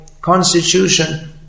constitution